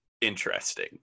interesting